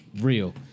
Real